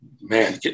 Man